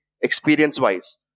experience-wise